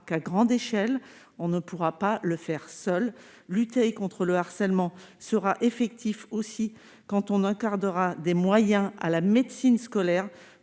qu'à grande échelle, on ne pourra pas le faire seul, lutter contre le harcèlement sera effectif aussi quand on accordera des moyens à la médecine scolaire